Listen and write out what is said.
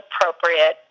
appropriate